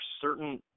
certain